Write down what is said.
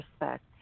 respect